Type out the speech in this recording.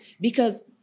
Because-